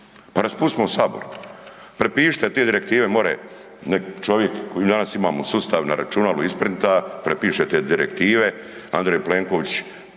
Pa raspustimo Sabor. Prepišite te direktive, more neki čovjek koji danas imamo u sustav, na računalu isprinta, prepiše te direktive, Andrej Plenković,